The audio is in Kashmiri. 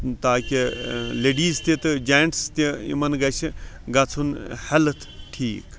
تاکہِ لیڈیٖز تہِ تہٕ جَنٹٕس تہِ یِمَن گَژھِ گَژھُن ہیٚلتھ ٹھیک